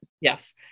yes